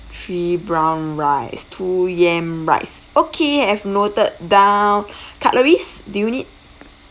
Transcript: three brown rice two yam rice okay I've noted down cutleries do you need